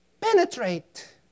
Penetrate